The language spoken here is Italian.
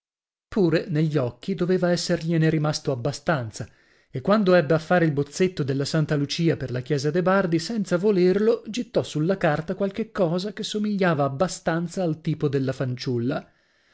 pure negli occhi doveva essergliene rimasto abbastanza e quando ebbe a fare il bozzetto della santa lucia per la chiesa de bardi senza volerlo gittò sulla carta qualche cosa che somigliava abbastanza al tipo della fanciulla